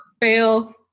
Fail